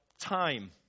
time